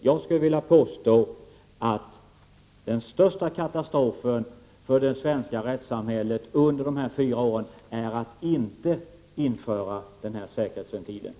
Jag skulle vilja påstå att den största katastrofen för det svenska rättssamhället under dessa fyra år skulle vara att inte införa denna säkerhetsventil.